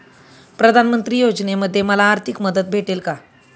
प्रधानमंत्री योजनेमध्ये मला आर्थिक मदत भेटेल का?